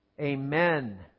Amen